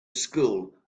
school